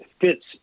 fits